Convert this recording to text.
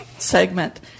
segment